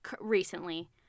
recently